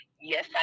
Yes